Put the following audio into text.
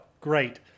great